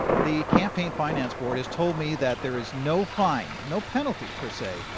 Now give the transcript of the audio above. the campaign finance board has told me that there is no fine, no penalty per se,